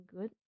good